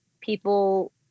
people